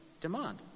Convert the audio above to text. demand